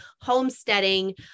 homesteading